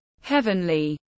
heavenly